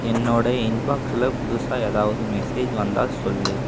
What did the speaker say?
என்னோட இன்பாக்ஸில் புதுசாக ஏதாவது மெசேஜ் வந்தால் சொல்